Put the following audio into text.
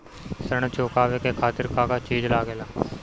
ऋण चुकावे के खातिर का का चिज लागेला?